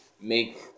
make